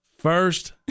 First